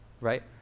right